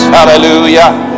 Hallelujah